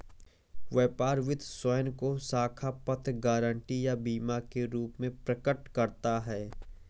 व्यापार वित्त स्वयं को साख पत्र, गारंटी या बीमा के रूप में प्रकट करता है